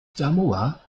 samoa